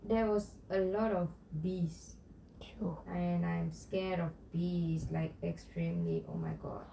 there was a lot of bees and I'm scared of bees like extremely oh my god